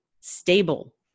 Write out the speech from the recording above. stable